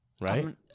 Right